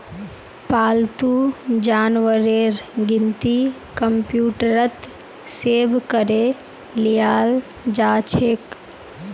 पालतू जानवरेर गिनती कंप्यूटरत सेभ करे लियाल जाछेक